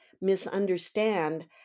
misunderstand